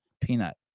Peanut